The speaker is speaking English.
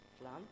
plan